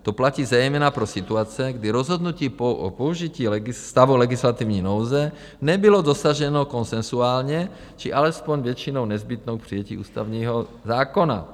To platí zejména pro situace, kdy rozhodnutí o použití stavu legislativní nouze nebylo dosaženo konsenzuálně či alespoň většinou nezbytnou k přijetí ústavního zákona.